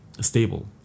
stable